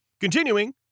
Continuing